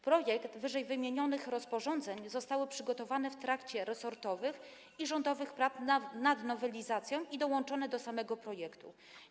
Projekty ww. rozporządzeń zostały przygotowane w trakcie resortowych i rządowych prac nad nowelizacją i dołączone do samego projektu.